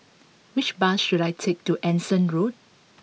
which bus should I take to Anson Road